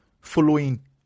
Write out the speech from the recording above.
following